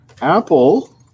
Apple